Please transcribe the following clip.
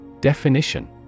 Definition